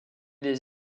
des